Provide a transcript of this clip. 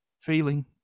feeling